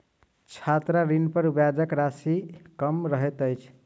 छात्र ऋणपर ब्याजक राशि कम रहैत अछि